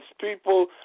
people